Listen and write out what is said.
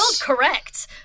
Correct